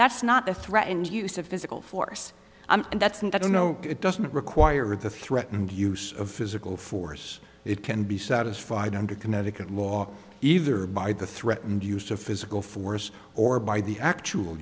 that's not a threat and use of physical force and that's and i don't know it doesn't require the threatened use of physical force it can be satisfied under connecticut law either by the threatened use of physical force or by the actual